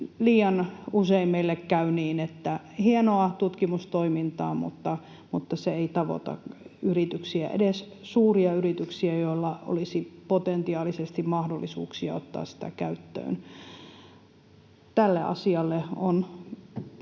liian usein meille käy niin, että on hienoa tutkimustoimintaa mutta se ei tavoita yrityksiä, edes suuria yrityksiä, joilla olisi potentiaalisesti mahdollisuuksia ottaa sitä käyttöön. Tässä asiassa on